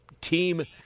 team